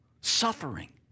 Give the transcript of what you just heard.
Suffering